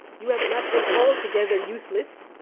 you have not been altogether useless,